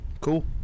Cool